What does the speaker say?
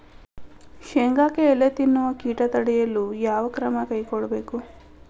ಶೇಂಗಾಕ್ಕೆ ಎಲೆ ತಿನ್ನುವ ಕೇಟ ತಡೆಯಲು ಯಾವ ಕ್ರಮ ಕೈಗೊಳ್ಳಬೇಕು?